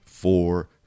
four